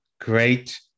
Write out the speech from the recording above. great